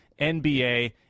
NBA